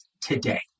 today